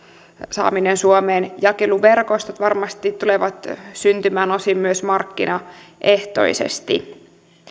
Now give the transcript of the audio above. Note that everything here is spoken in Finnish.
saaminen suomeen jakeluverkostot varmasti tulevat syntymään osin myös markkinaehtoisesti